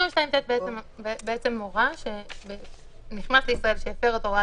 22ט בעצם מורה שנכנס לישראל שהפר את הוראת